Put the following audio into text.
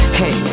hey